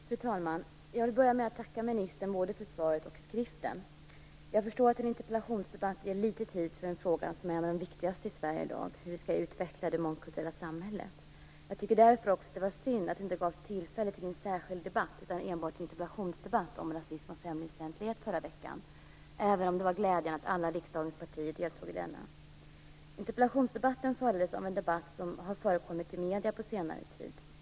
Fru talman! Jag vill börja med att tacka ministern, både för svaret och för skriften. Jag förstår att en interpellationsdebatt ger litet tid till en fråga som är en av de viktigaste i Sverige i dag, nämligen hur vi skall utveckla det mångkulturella samhället. Jag tycker därför också att det var synd att det inte gavs tillfälle till en särskild debatt utan enbart en interpellationsdebatt om rasism och främlingsfientlighet förra veckan, även om det var glädjande att alla riksdagens partier deltog i denna. Interpellationsdebatten föranleddes av en debatt som har förekommit i medierna på senare tid.